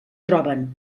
troben